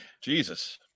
Jesus